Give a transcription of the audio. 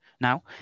now